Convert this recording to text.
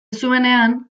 zuenean